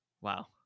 Wow